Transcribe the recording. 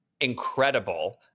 incredible